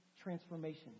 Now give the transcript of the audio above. transformation